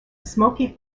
smoky